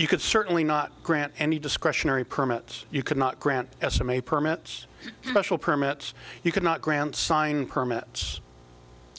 you could certainly not grant any discretionary permits you could not grant estimate permits special permits you could not grant sign permits